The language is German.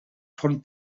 von